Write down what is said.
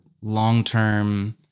long-term